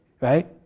right